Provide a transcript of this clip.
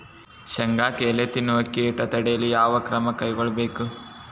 ಶೇಂಗಾಕ್ಕೆ ಎಲೆ ತಿನ್ನುವ ಕೇಟ ತಡೆಯಲು ಯಾವ ಕ್ರಮ ಕೈಗೊಳ್ಳಬೇಕು?